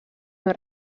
més